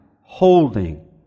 holding